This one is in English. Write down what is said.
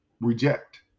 reject